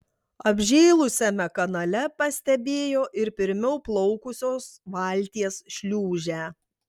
apžėlusiame kanale pastebėjo ir pirmiau plaukusios valties šliūžę